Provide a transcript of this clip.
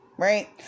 Right